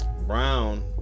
brown